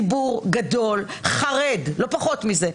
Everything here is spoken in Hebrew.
ציבור גדול חרד, לא פחות מזה.